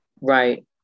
Right